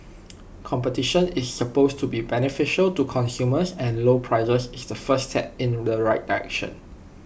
competition is supposed to be beneficial to consumers and lower prices is the first step in the right direction